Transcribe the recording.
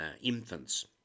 infants